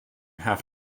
have